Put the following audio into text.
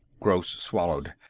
gross swallowed.